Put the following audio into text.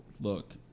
look